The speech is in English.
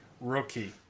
Rookie